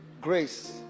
grace